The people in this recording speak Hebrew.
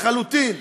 לחלוטין,